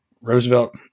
Roosevelt